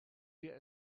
wir